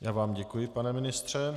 Já vám děkuji, pane ministře.